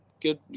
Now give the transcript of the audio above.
good